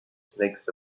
snakes